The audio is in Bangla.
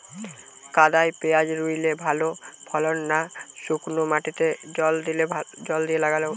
কাদায় পেঁয়াজ রুইলে ভালো ফলন না শুক্নো মাটিতে জল দিয়ে লাগালে?